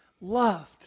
Loved